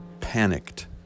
panicked